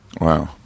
Wow